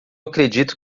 acredito